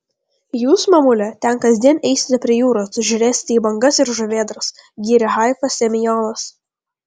jūs mamule ten kasdien eisite prie jūros žiūrėsite į bangas ir žuvėdras gyrė haifą semionas